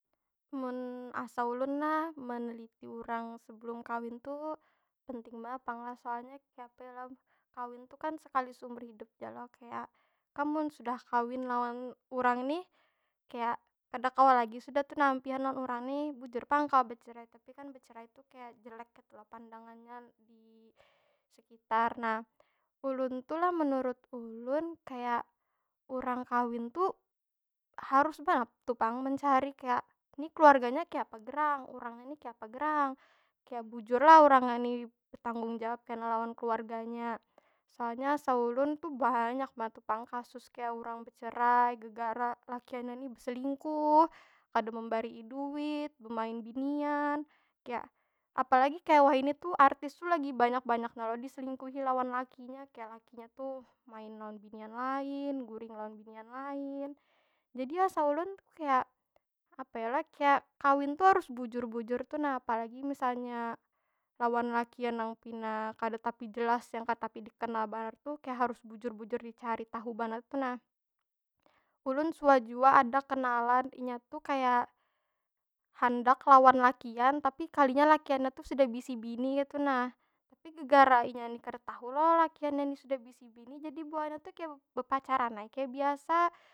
Mun asa ulun lah, meneliti urang sebelum kawin tu penting banar pang lah. Soalnya kayapa yo lah? Kawin tu kan sekali seumur hidup ja lo. Kaya, kam mun sudah kawin lawan urang nih, kada kawa lagi sudah ampihan lawan urang nih. Bujur pang kawa becerai tapi kan becerai tu kaya, jelek kaytu lo pandangannya di sekitar. Nah, ulun tu lah, munurut ulun, kaya urang kawin tu harus banar tu pang mencari kaya, ni keluarganya kayapa gerang? Urangnya ni kayapa gerang? Kaya, bujur lah urangnya ni betanggung jawab kena lawan keluarganya? Soalnya asa ulun tu banyak banar tentang kasus kaya urang becerai gegara lakiannya ni beselingkuh, kada membarii duit, bemain binian. kaya, apalagi kaya wahini tuh, artis tuh lagi banyak- banyaknya lo diselingkuhi lawan lakinya. Kaya lakinya tuh, main lawan binian lain, guring lawan binian lain. Jadi asa ulun kaya, apa yo lah? Kawin tuh harus bujur- bujur tu nah. Apalagi misalnya lawan lakian nang kada tapi jelas nang kada tapi dikenal banar tuh, kaya harus bujur- bujur dicari tahu banar tu nah. Ulun suah jua ada kenalan, inya tu kaya handak lawan lakian, tapi kalinya lakiannya tu sudah bisi bini kaytu nah. Tapi gegara inya ni kada tau lo, lakiannya ni sudah bisi bini, jadi buhannya tu kaya bepacaran ai kaya biasa.